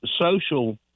social